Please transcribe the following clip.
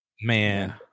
Man